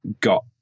got